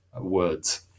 words